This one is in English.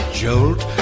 jolt